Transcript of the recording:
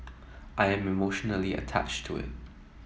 I am emotionally attached to it